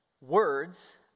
words